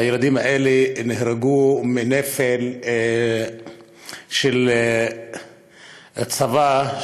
הילדים האלה נהרגו מנפל של הצבא,